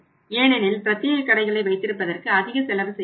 ஏனெனில் பிரத்தியேக கடைகளை வைத்திருப்பதற்கு அதிக செலவு செய்ய வேண்டும்